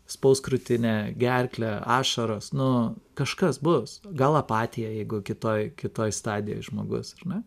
spaus krūtinę gerklę ašaros nu kažkas bus gal apatija jeigu kitoj kitoj stadijoj žmogus ar ne